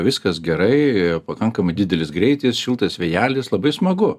viskas gerai pakankamai didelis greitis šiltas vėjelis labai smagu